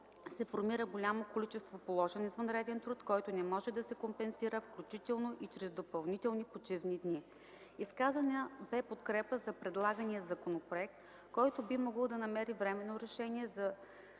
се формира голямо количество положен извънреден труд, който не може да се компенсира, включително и чрез допълнителни почивни дни. Изказана бе подкрепа за предлагания законопроект, който би могъл да намери временно решение за